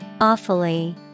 Awfully